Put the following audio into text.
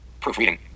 proofreading